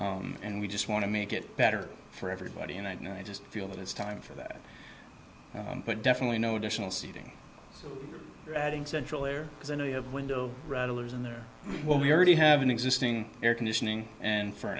and we just want to make it better for everybody and i just feel that it's time for that but definitely no additional seating adding central air because i know you have window rattlers in there well we already have an existing air conditioning and f